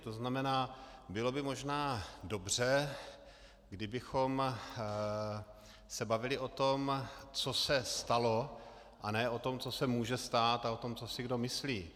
To znamená, bylo by možná dobře, kdybychom se bavili o tom, co se stalo, a ne o tom, co se může stát, a o tom, co si kdo myslí.